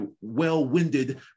well-winded